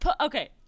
Okay